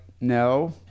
no